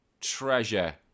treasure